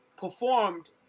performed